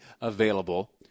available